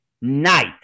night